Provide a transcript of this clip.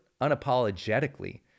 unapologetically